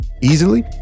easily